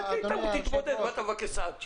מה אתה מבקש את הסעד שלי?